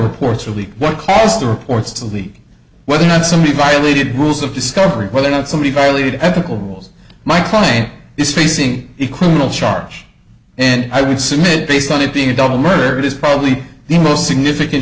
leaked what caused the reports to leak whether or not somebody violated rules of discovery whether or not somebody violated ethical rules my client is facing a criminal charge and i would submit based on it being a double murder is probably the most significant